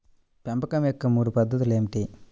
పెంపకం యొక్క మూడు పద్ధతులు ఏమిటీ?